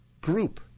group